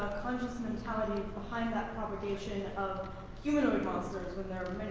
conscious mentality behind that propagation of humanoid monsters when